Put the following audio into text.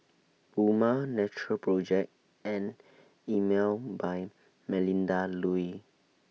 Puma Natural Project and Emel By Melinda Looi